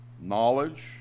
knowledge